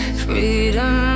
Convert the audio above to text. freedom